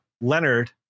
Leonard